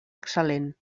excel·lent